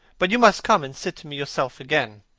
but you must come and sit to me yourself again.